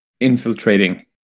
infiltrating